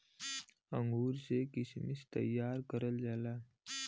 अंगूर से किशमिश तइयार करल जाला